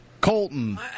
Colton